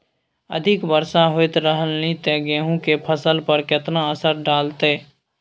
अधिक वर्षा होयत रहलनि ते गेहूँ के फसल पर केतना असर डालतै?